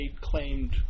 claimed